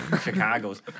Chicago's